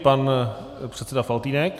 Pan předseda Faltýnek.